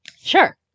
Sure